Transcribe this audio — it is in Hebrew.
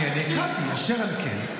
הקראתי: אשר על כן,